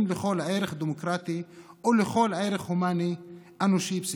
לכל ערך דמוקרטי ולכל ערך הומני אנושי בסיסי,